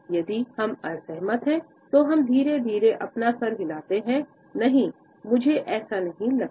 यदि हम असहमत हैं तो हम धीरे धीरे अपने सिर हिलाते हैं नहीं मुझे ऐसा नहीं लगता